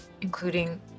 including